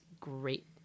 great